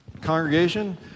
congregation